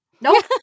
Nope